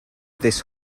this